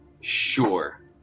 Sure